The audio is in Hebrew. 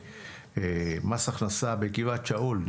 במס הכנסה בגבעת שאול.